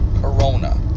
corona